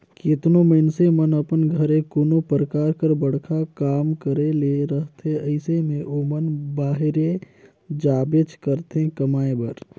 केतनो मइनसे मन अपन घरे कोनो परकार कर बड़खा काम करे ले रहथे अइसे में ओमन बाहिरे जाबेच करथे कमाए बर